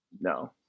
no